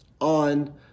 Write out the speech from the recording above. on